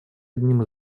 одним